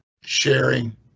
Sharing